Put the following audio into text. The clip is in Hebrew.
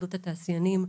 התאחדות התעשיינים,